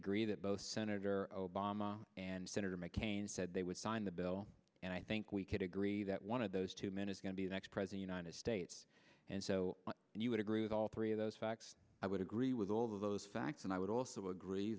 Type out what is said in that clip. agree that both senator obama and senator mccain said they would sign the bill and i think we could agree that one of those two men is going to be the next present united states and so you would agree with all three of those facts i would agree with all of those facts and i would also agree